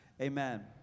Amen